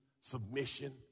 submission